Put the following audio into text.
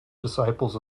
disciples